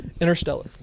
Interstellar